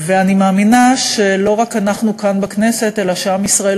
ואני מאמינה שלא רק אנחנו כאן בכנסת אלא עם ישראל